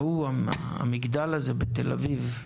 המגדל הזה בתל אביב,